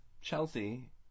Chelsea